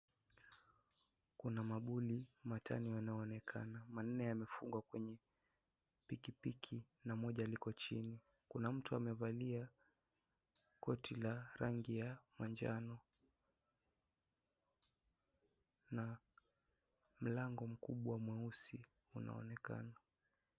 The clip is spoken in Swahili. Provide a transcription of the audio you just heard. Kuna mabuni matano yanaonekana, manne yamefungwa kwenye pikipiki na moja liko chini, kuna mtu amevalia koti la rangi ya manjano na mlango mkubwa mweusi unaonekana.